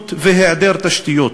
צפיפות והיעדר תשתיות.